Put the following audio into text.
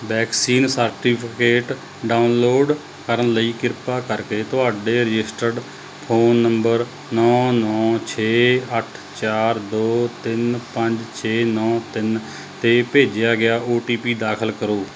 vaccine certificate download ਕਰਨ ਲਈ ਕਿਰਪਾ ਕਰਕੇ ਤੁਹਾਡੇ ਰਜਿਸਟਰਡ ਫ਼ੋਨ ਨੰਬਰ ਨੌਂ ਨੌਂ ਛੇ ਅੱਠ ਚਾਰ ਦੋ ਤਿੰਨ ਪੰਜ ਛੇ ਨੌਂ ਤਿੰਨ 'ਤੇ ਭੇਜਿਆ ਗਿਆ ਓ ਟੀ ਪੀ ਦਾਖਲ ਕਰੋ